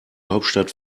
hauptstadt